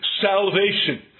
salvation